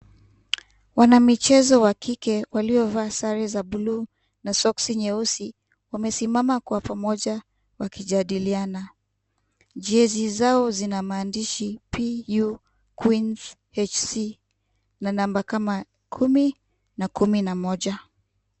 Wanamichezo wa kike waliyovalia sare za buluu na soksi nyeusi, wamesimama kwa pamoja wakijadaliana. jezi zao ina maandishi PU QUEENS FC na namba kama 10 na 11.